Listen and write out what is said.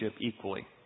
equally